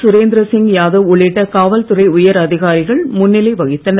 சுரேந்தர சிங் யாதவ் உள்ளிட்ட காவல்துறை உயர் அதிகாரிகள் முன்னிலை வகித்தனர்